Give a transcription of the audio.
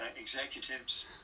executives